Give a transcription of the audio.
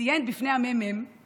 ציין בפני הממ"מ